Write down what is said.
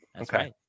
Okay